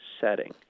setting